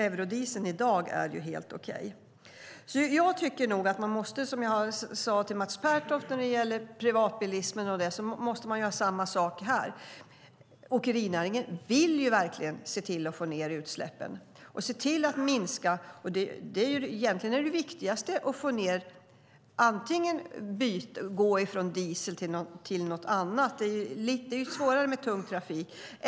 Eurodieseln är i dag helt okej. Jag tycker, som jag sade till Mats Pertoft om privatbilismen, att man måste göra samma sak här. Åkerinäringen vill verkligen se till att minska utsläppen. Egentligen är det viktigast att gå från diesel till något annat. Men det är svårare med tung trafik.